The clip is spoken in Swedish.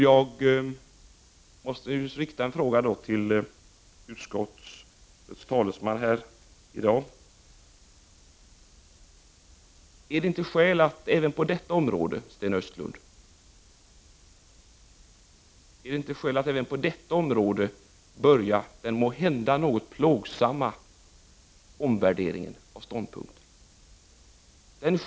Jag måste rikta en fråga till utskottets talesman Sten Östlund: Är det inte skäl att även på detta område börja att göra den måhända något plågsamma omvärderingen av ståndpunkter?